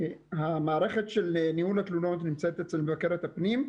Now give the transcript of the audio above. המערכת של ניהול התלונות נמצאת אצל מבקרת הפנים.